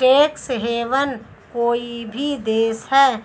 tax haven कोई भी देश है